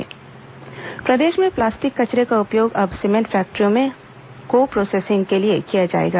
plastic कचरा प्रदेश में प्लास्टिक कचरे का उपयोग अब सीमेंट फैक्ट्रियों में को प्रोसेसिंग के लिए किया जाएगा